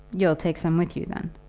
you'll take some with you, then?